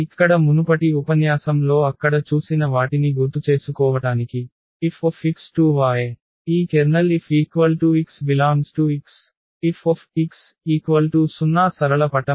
ఇక్కడ మునుపటి ఉపన్యాసం లో అక్కడ చూసిన వాటిని గుర్తుచేసుకోవటానికి F X→Y ఈ Ker F x∈X F 0 సరళ పటం